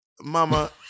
mama